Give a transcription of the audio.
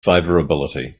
favorability